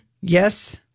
yes